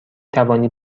توانی